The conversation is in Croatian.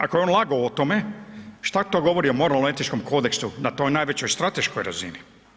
Ako je on lagao o tome, šta to govori o moralno-etičkom kodeksu na toj najvećoj strateškoj razini.